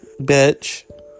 bitch